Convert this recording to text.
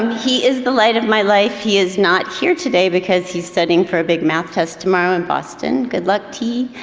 he is the light of my life, he is not here today because he's studying for a big math test tomorrow in boston. good luck, t,